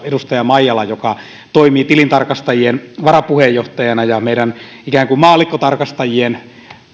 edustaja maijala joka toimii tilintarkastajien varapuheenjohtajana ja meidän ikään kuin maallikkotarkastajien